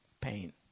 pain